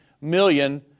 million